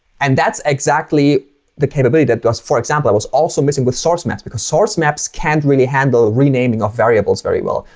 and that's exactly the capability that was, for example, was also missing with source maps. because source maps can't really handle the renaming of variables very well.